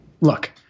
look